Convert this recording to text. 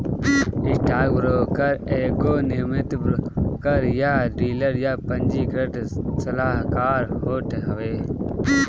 stockbroker एगो नियमित broker या डीलर या पंजीकृत सलाहकार होत हवे